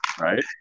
right